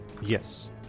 Yes